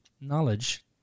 knowledge